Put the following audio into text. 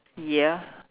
ya